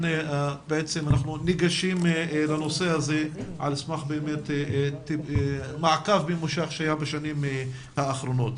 אנחנו ניגשים לנושא הזה על סמך מעקב ממושך שהיה בשנים האחרונות.